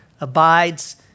abides